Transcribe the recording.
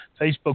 Facebook